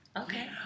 Okay